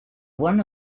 one